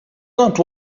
not